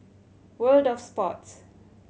World Of Sports